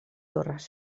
torres